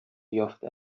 یافته